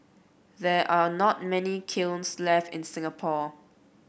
there are not many kilns left in Singapore